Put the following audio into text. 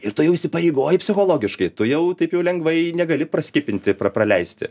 ir tu jau įsipareigoji psichologiškai tu jau taip jau lengvai negali praskipinti praleisti